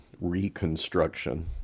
reconstruction